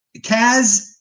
Kaz